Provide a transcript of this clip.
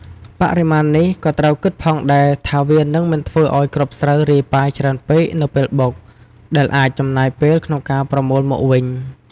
បរិមាណនេះក៏ត្រូវគិតផងដែរ ថាវានឹងមិនធ្វើឱ្យគ្រាប់ស្រូវរាយប៉ាយច្រើនពេកនៅពេលបុក ដែលអាចចំណាយពេលក្នុងការប្រមូលមកវិញ។